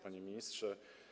Panie Ministrze!